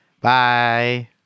Bye